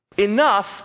Enough